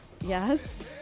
Yes